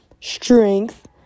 strength